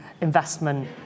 investment